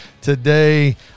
today